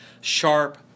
Sharp